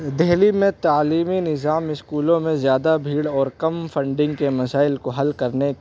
دہلی میں تعلیمی نظام اسکولوں میں زیادہ بھیڑ اور کم فنڈنگ کے مسائل کو حل کرنے